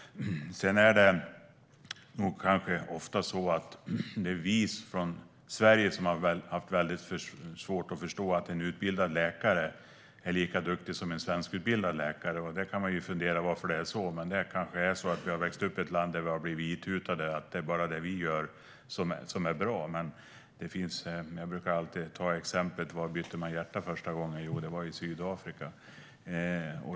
Sedan är det kanske ofta så att vi i Sverige har väldigt svårt att förstå att en utbildad utländsk läkare är lika duktig som en svensk utbildad läkare. Man kan fundera över varför det är så. Det kanske är så att vi har vuxit upp i ett land där vi har blivit itutade att det bara är det vi gör som är bra. Men jag brukar alltid ta exemplet: Var bytte man hjärta första gången? Jo, det var i Sydafrika.